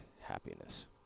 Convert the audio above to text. happiness